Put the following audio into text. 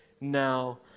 now